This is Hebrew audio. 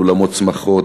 אולמות שמחות,